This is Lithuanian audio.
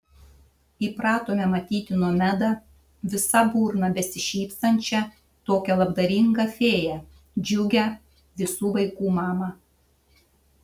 įpratome matyti nomedą visa burna besišypsančią tokią labdaringą fėją džiugią visų vaikų mamą